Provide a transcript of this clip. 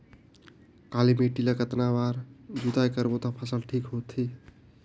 काली माटी ला कतना बार जुताई करबो ता फसल ठीक होती?